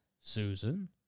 Susan